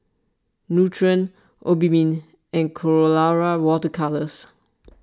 Nutren Obimin and Colora Water Colours